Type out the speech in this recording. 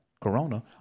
corona